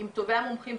עם טובי המומחים,